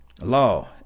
Law